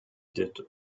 did